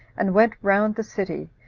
and went round the city,